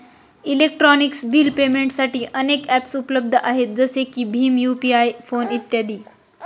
electronic bill पेमेंटसाठी अनेक ॲप्सउपलब्ध आहेत जसे की भीम यू.पि.आय फोन पे इ